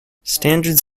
standards